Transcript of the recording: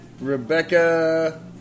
Rebecca